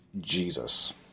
Jesus